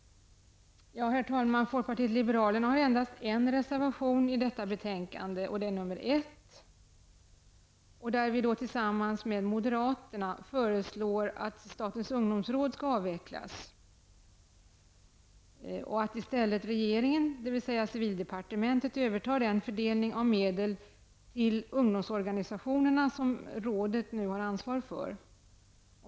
Herr talman! Folkpartiet liberalerna har endast en reservation fogad till detta betänkande, reservation nr 1, där vi tillsammans med moderaterna föreslår att statens ungdomsråd skall avvecklas och att regeringen, dvs. civildepartementet i stället skall överta den fördelning av medel till ungdomsorganisationerna som rådet nu har ansvaret för.